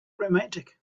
romantic